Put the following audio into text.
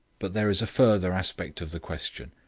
but there is a further aspect of the question.